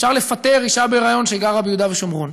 אפשר לפטר אישה בהיריון שגרה ביהודה ושומרון.